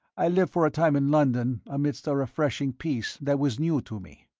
i lived for a time in london amidst a refreshing peace that was new to me.